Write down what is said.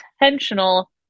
intentional